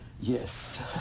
Yes